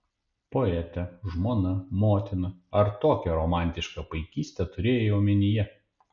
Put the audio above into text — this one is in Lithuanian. poetė žmona motina ar tokią romantišką paikystę turėjai omenyje